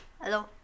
hello